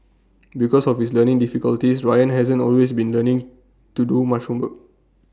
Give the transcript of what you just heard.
because of his learning difficulties Ryan hasn't always been learning to do much homework